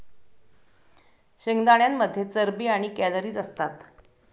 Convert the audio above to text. शेंगदाण्यांमध्ये चरबी आणि कॅलरीज असतात